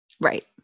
Right